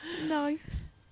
nice